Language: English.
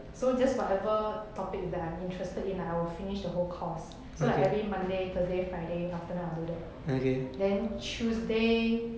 so just whatever topic that I'm interested in I will finish the whole course so like every monday thursday friday afternoon I will do that then tuesday